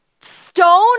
stone